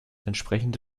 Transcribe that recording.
entsprechende